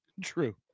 True